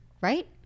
Right